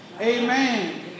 Amen